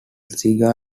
cigar